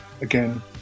again